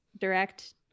direct